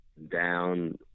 Down